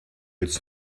it’s